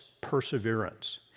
perseverance